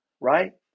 Right